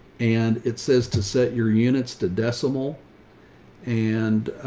and it says to set your units to decimal and,